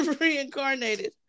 reincarnated